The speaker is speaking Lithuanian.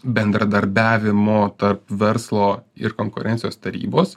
bendradarbiavimo tarp verslo ir konkurencijos tarybos